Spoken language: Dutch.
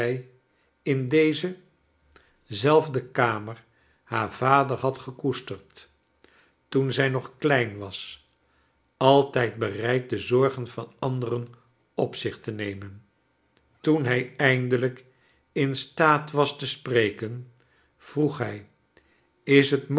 in deze kleine dorrit zelfde kamer haar vader had gekoesterd toen zij nog klein was altijd bereid de zorgen van anderen op zich te nemen toen hij eindelijk in staat was te sprekem vroeg hij is hot